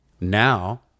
now